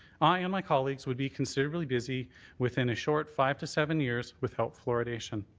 i and my colleagues would be considerably busy within a short five to seven years without fluoridation.